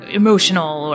emotional